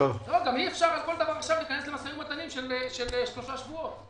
גם אי אפשר עכשיו על כל דבר להיכנס למשאים ומתנים של שלושה שבועות.